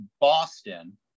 Boston